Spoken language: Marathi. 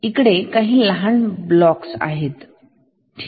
इकडे काही लहान ब्लॉक आहेत ठीक